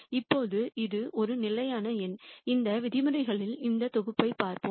இப்போது இது ஒரு நிலையான எண் இந்த விதிமுறைகளின் இந்த தொகையைப் பார்ப்போம்